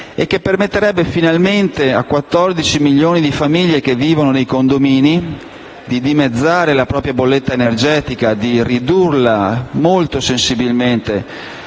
permetterebbe, quindi, a 14 milioni di famiglie che vivono nei condomini, di dimezzare la propria bolletta energetica, di ridurla sensibilmente.